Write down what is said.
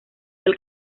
del